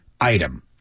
item